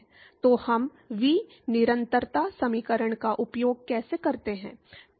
तो हम v निरंतरता समीकरण का उपयोग कैसे करते हैं